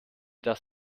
das